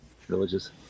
villages